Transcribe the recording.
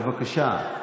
בבקשה.